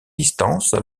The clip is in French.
distances